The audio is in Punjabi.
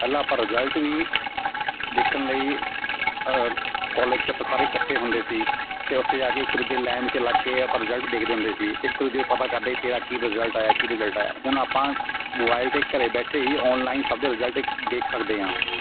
ਪਹਿਲਾਂ ਆਪਾਂ ਰਿਜ਼ਲਟ ਵੀ ਦੇਖਣ ਲਈ ਕੋਲੇਜ 'ਚ ਆਪਾਂ ਸਾਰੇ ਇਕੱਠੇ ਹੁੰਦੇ ਸੀ ਅਤੇ ਉੱਥੇ ਜਾ ਕੇ ਇੱਕ ਦੂਜੇ ਲੈਮ 'ਚ ਲੱਗ ਕੇ ਆਪਾਂ ਰਿਜ਼ਲਟ ਦੇਖਦੇ ਹੁੰਦੇ ਸੀ ਅਤੇ ਇੱਕ ਦੂਜੇ ਤੋਂ ਪਤਾ ਕਰਦੇ ਤੇਰਾ ਕੀ ਰਿਜ਼ਲਟ ਆਇਆ ਕੀ ਰਿਜ਼ਲਟ ਆਇਆ ਹੁਣ ਆਪਾਂ ਮੋਬਾਇਲ 'ਤੇ ਘਰ ਬੈਠੇ ਹੀ ਔਨਲਾਈਨ ਸਭ ਦੇ ਰਿਜ਼ਲਟ ਦੇਖ ਸਕਦੇ ਹਾਂ